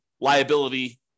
liability